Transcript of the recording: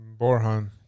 Borhan